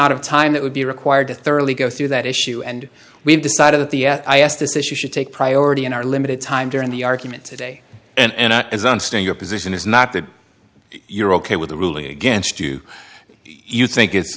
amount of time that would be required to thoroughly go through that issue and we have decided that the i asked this issue should take priority in our limited time during the argument today and as i understand your position is not the you're ok with the ruling against do you think it's